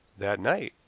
that night.